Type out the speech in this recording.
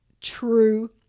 true